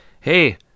hey